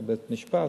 אחרי בית-משפט.